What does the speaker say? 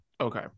Okay